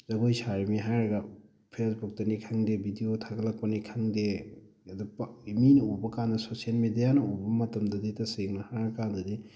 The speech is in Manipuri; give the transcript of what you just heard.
ꯖꯒꯣꯏ ꯁꯥꯔꯤꯕꯅꯤ ꯍꯥꯏꯔꯒ ꯐꯦꯁꯕꯨꯛꯇꯅꯤ ꯈꯪꯗꯦ ꯚꯤꯗꯤꯑꯣ ꯊꯥꯒꯠꯂꯛꯄꯅꯤ ꯈꯪꯗꯦ ꯑꯗꯨ ꯃꯤꯅ ꯎꯕ ꯀꯥꯟꯗ ꯁꯣꯁꯤꯌꯦꯜ ꯃꯦꯗꯤꯌꯥꯅ ꯎꯕ ꯃꯇꯝꯗꯗꯤ ꯇꯁꯦꯡꯅ ꯍꯥꯏꯔꯀꯥꯟꯗꯗꯤ